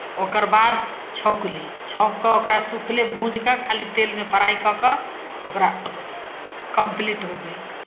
ओकर बाद छौँकली छौँक कऽ ओकरा सुखले भूजि कऽ खाली तेलमे फ्राइ कऽ कऽ ओकरा कम्प्लीट हो गेल